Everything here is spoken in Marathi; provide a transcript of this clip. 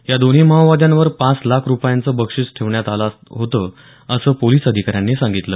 या दोन्हीं माओवाद्यांवर पाच लाख रूपयांचं बक्षीस ठेवण्यात आलं होतं असं पोलीस अधिकाऱ्यानं सांगितलं